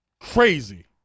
crazy